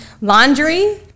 laundry